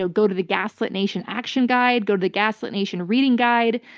so go to the gaslit nation action guide, go to gaslit nation reading guide.